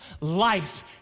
life